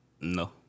No